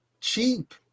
cheap